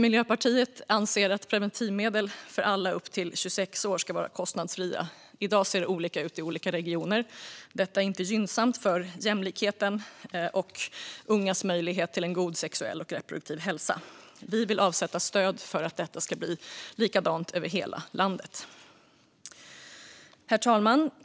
Miljöpartiet anser att preventivmedel för alla upp till 26 år ska vara kostnadsfria. I dag ser det olika ut i olika regioner. Detta är inte gynnsamt för jämlikheten eller ungas möjlighet till en god sexuell och reproduktiv hälsa. Vi vill avsätta stöd för att det ska se likadant ut över hela landet. Herr talman!